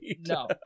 No